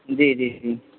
जी जी जी